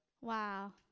wow